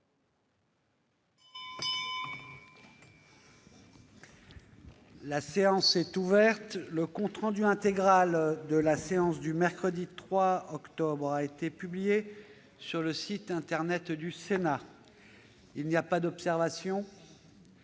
La séance est ouverte. Le compte rendu intégral de la séance du mercredi 3 octobre 2018 a été publié sur le site internet du Sénat. Il n'y a pas d'observation ?